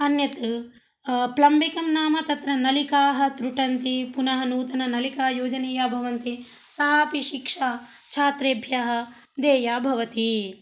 अन्यत् प्लम्बिकं नाम तत्र नलिकाः त्रुटन्ति पुनः नूतननलिकाः योजनीयाः भवन्ति सा अपि शिक्षा छात्रेभ्यः देया भवति